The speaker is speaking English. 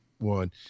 one